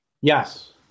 Yes